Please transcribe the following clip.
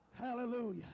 hallelujah